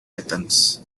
athens